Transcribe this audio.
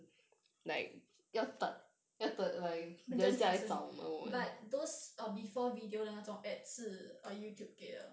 人家 sponsor 你 but those um before video 的那种 ads 是 err youtube 给的